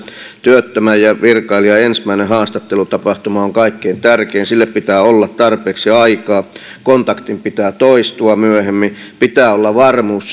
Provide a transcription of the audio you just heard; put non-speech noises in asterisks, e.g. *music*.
työttömän ja virkailijan ensimmäinen haastattelutapahtuma on kaikkein tärkein sille pitää olla tarpeeksi aikaa kontaktin pitää toistua myöhemmin pitää olla varmuus *unintelligible*